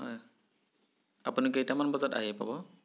হয় আপুনি কেইটামান বজাত আহি পাব